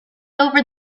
over